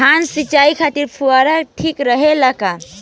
धान सिंचाई खातिर फुहारा ठीक रहे ला का?